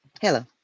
Hello